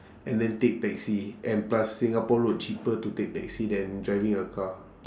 and then take taxi and plus singapore road cheaper to take taxi than driving a car